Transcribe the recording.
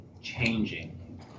changing